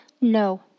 No